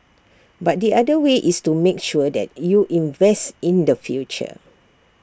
but the other way is to make sure that you invest in the future